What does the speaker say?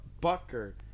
Bucker